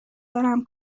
دارم